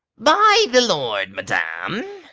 by the lord, madam